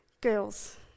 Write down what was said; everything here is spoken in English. girls